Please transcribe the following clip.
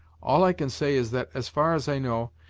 all i can say is that, as far as i know,